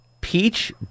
Peach